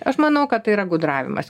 aš manau kad tai yra gudravimas